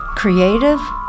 Creative